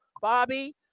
Bobby